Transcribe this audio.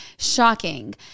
shocking